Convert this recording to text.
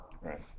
Right